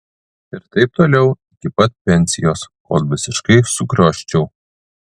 ir taip toliau iki pat pensijos kol visiškai sukrioščiau